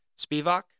Spivak